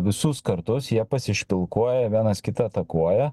visus kartus jie pasišpilkuoja vienas kitą atakuoja